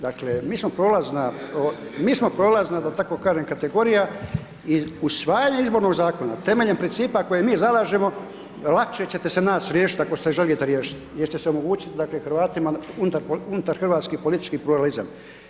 Dakle, mi smo prolazna [[Upadica: jeste, jeste.]] mi smo prolazna da tako kažem kategorija i usvajanjem izbornog zakona, temeljem principa koje mi zalažemo, lakše ćete se nas riješiti, ako se želite riješiti, jer će se omogućit dakle Hrvatima unutar hrvatskih politički pluralizam.